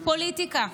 פוליטיקה.